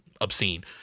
obscene